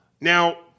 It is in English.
Now